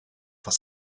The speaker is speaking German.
was